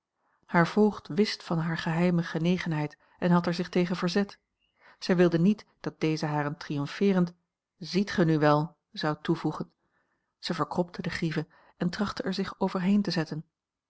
haar voogd wist van hare geheime genegenheid en had er zich tegen verzet zij wilde niet dat deze haar een triomfeerend ziet ge nu wel zou toevoegen zij verkropte de grieve en trachtte er zich overheen te zetten